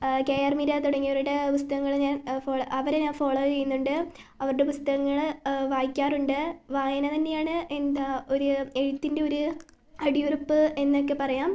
K R Meera തുടങ്ങിയവരുടെ പുസ്തകങ്ങൾ ഞാൻ അവരെ ഞാൻ ഫോള്ളോ ചെയ്യുന്നുണ്ട് അവരുടെ പുസ്തകങ്ങൾ വായിക്കാറുണ്ട് വായന തന്നെയാണ് എന്താ ഒരു എഴുത്തിൻ്റെ ഒരു അടിയുറപ്പ് എന്നൊക്കെ പറയാം